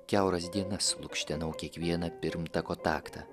kiauras dienas lukštenau kiekvieną pirmtako taktą